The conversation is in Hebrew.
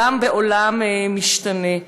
גם בעולם משתנה.